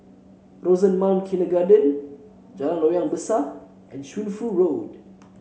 Rosemount Kindergarten Jalan Loyang Besar and Shunfu Road